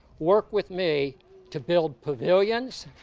worked with me to build pavilions,